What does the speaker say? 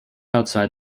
outside